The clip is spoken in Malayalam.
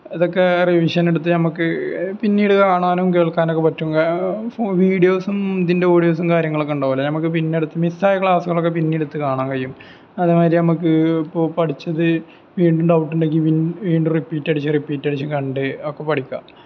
അതൊക്കെ റിവിഷനെടുത്ത് നമുക്ക് പിന്നീട് കാണാനും കേൾക്കാനുമൊക്കെ പറ്റും ഫുൾ വീഡിയോസും ഇതിൻ്റെ ഓഡിയോസും കാര്യങ്ങളൊക്കെ ഉണ്ടാകുമല്ലൊ നമുക്ക് പിന്നടുത്ത് മിസ്സായ ക്ലാസ്സുകളൊക്കെ പിന്നെ എടുത്ത് കാണാൻ കഴിയും അതുമാതിരി നമുക്ക് ഇപ്പോൾ പഠിച്ചത് വീണ്ടും ഡൌട്ട് ഉണ്ടെങ്കിൽ വീണ്ടും റിപ്പീറ്റടിച്ച് റിപ്പീറ്റടിച്ച് കണ്ട് ഒക്കെ പഠിക്കാം